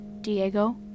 Diego